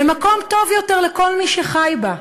ומקום טוב יותר לכל מי שחי בה.